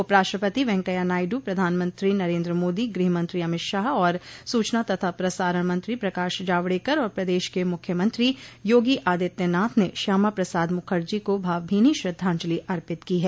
उपराष्ट्रपति वेंकैया नायडू प्रधानमंत्री नरेन्द्र मोदी गृहमंत्री अमित शाह और सूचना तथा प्रसारण मंत्री प्रकाश जावडेकर और प्रदेश के मुख्यमंत्री योगी आदित्यनाथ ने श्यामा प्रसाद मुखर्जी को भावभीनी श्रद्धांजलि अर्पित की है